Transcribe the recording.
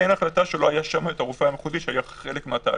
אין החלטה שלא היה שם את הרופא המחוזי שהיה חלק מהתהליך.